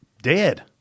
dead